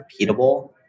repeatable